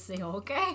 okay